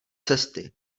cesty